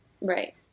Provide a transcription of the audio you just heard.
Right